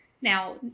Now